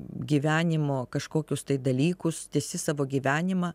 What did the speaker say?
gyvenimo kažkokius dalykus tęsi savo gyvenimą